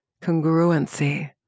congruency